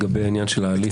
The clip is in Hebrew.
לגבי העניין של ההליך,